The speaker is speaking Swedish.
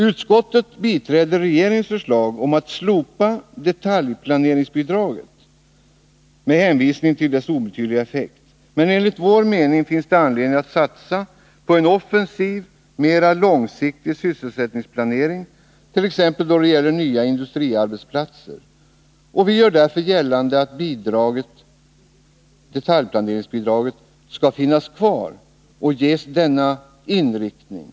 Utskottet biträder regeringens förslag om att slopa detaljplaneringsbidraget med hänvisning till dess obetydliga effekt. Enligt vår mening finns det anledning att satsa på en offensiv, mera långsiktig sysselsättningsplanering, t.ex. nya industriarbetsplatser. Vi gör därför gällande att detaljplaneringsbidraget skall finnas kvar och ges denna inriktning.